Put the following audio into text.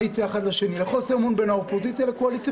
אלא לחוסר אמון בין האופוזיציה לבין הקואליציה,